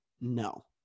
no